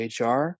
HR